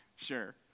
Sure